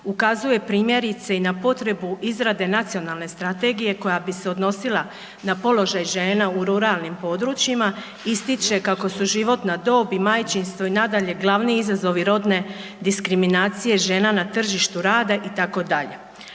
Ukazuje primjerice i na potrebu izrade nacionalne strategije koja bi se odnosila na položaj žena u ruralnim područjima, ističe kako su životna dob i majčinstvo i nadalje glavni izazovi rodne diskriminacije žena na tržištu rada itd.,